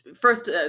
First